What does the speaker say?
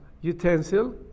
utensil